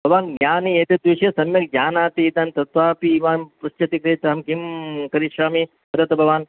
भवान् ज्ञानी एतत् विषये सम्यक् जानाति एतान् ज्ञात्वा अपि भवान् पृच्छति चेत् अहं किं करिष्यामि वदतु भवान्